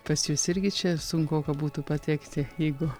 pas jūs irgi čia sunkoka būtų patekti jeigu